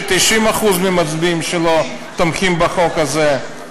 ש-90% מהמצביעים שלו תומכים בחוק הזה,